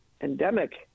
endemic